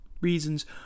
reasons